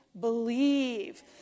believe